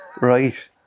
Right